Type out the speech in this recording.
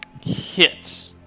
hit